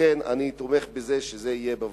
לכן, אני תומך בדיון בנושא בוועדה.